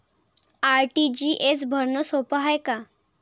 RTGS भरनं सोप हाय का?